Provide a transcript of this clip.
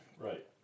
Right